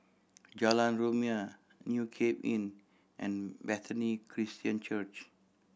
Jalan Rumia New Cape Inn and Bethany Christian Church